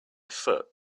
foot